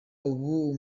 ubu